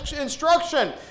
instruction